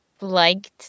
liked